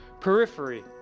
periphery